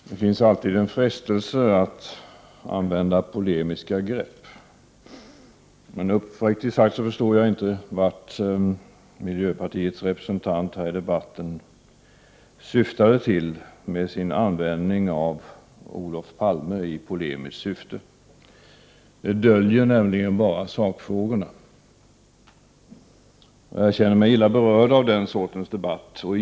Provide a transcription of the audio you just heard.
Herr talman! Det finns alltid en frestelse att använda polemiska grepp. Men uppriktigt sagt förstår jag inte vad miljöpartiets representant här i debatten syftade till med sitt tal om Olof Palme. Det döljer nämligen bara sakfrågorna. Jag känner mig illa berörd av den sortens debatt.